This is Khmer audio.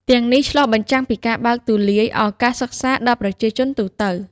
ទាំងនេះឆ្លុះបញ្ចាំងពីការបើកទូលាយឱកាសសិក្សាដល់ប្រជាជនទូទៅ។